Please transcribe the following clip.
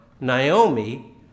Naomi